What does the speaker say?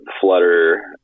Flutter